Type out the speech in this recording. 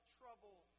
trouble